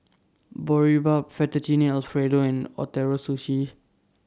Boribap Fettuccine Alfredo and Ootoro Sushi